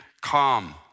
calm